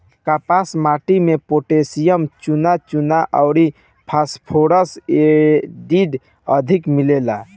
काप माटी में पोटैशियम, चुना, चुना अउरी फास्फोरस एसिड अधिक मिलेला